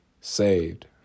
saved